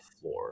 floor